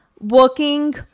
working